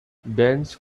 dense